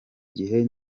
gihe